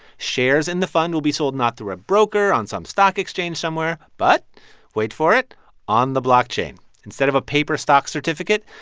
shares in the fund will be sold not through a broker on some stock exchange somewhere but wait for it on the blockchain. instead of a paper stock certificate,